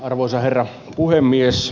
arvoisa herra puhemies